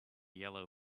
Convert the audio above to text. yellow